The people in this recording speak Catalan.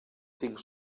tinc